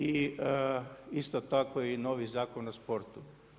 I isto tako novi Zakon o sportu.